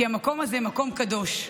כי המקום הזה מקום קדוש.